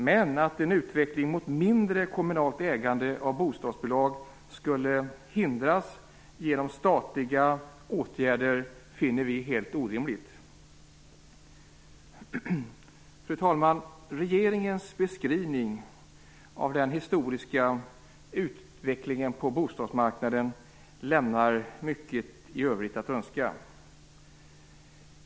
Men att en utveckling mot mindre kommunalt ägande av bostadsbolag skulle hindras genom statliga åtgärder finner vi helt orimligt. Fru talman! Regeringens beskrivning av den historiska utvecklingen på bostadsmarknaden lämnar mycket i övrigt att önska.